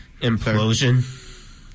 Implosion